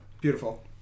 beautiful